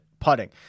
putting